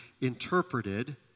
interpreted